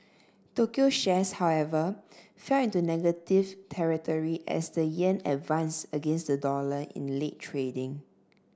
Tokyo shares however fell into negative territory as the yen advance against the dollar in late trading